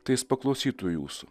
tai jis paklausytų jūsų